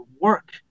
work